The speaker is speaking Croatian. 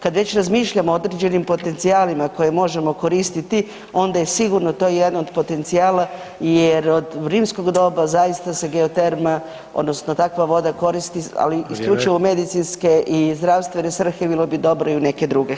Kad već razmišljamo o određenim potencijalima koje možemo koristiti, onda je sigurno to jedan od potencijala, jer od rimskog doba zaista se geoterme, odnosno takva voda koristi, ali isključivo u medicinske i zdravstvene svrhe, bilo bi dobro i u neke druge.